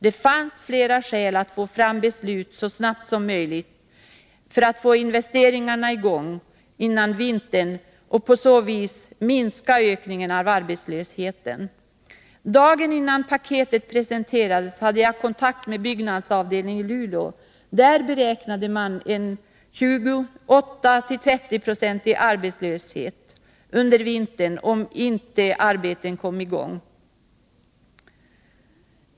Det fanns flera skäl att få fram beslut så snabbt som möjligt för att få investeringarna i gång före vintern och på så vis minska ökningen av arbetslösheten. Dagen innan paketet presenterades hade jag kontakt med Byggnads avdelning i Luleå, där man beräknade en 28-30 procentig arbetslöshet under vintern om arbeten inte kom i gång.